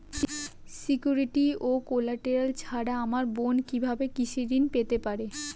Security ও collateral ছাড়া আমার বোন কিভাবে কৃষি ঋন পেতে পারে?